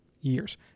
years